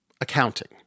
Accounting